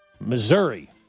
Missouri